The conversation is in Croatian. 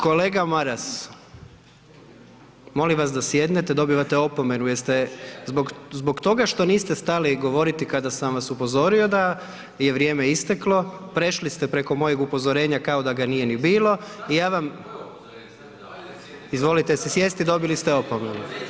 Kolega Maras, molim vas da sjednete, dobivate opomenu …… [[Upadica Maras, ne razumije se.]] Zbog toga što niste stali govoriti kada sam vas upozorio da je vrijeme isteklo, prešli ste preko mojeg upozorenja kao da ga nije ni bilo i ja vam …… [[Upadica Maras, ne razumije se.]] Izvolite se sjesti, dobili ste opomenu.